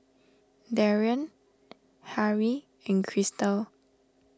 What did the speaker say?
Darrien Harrie and Cristal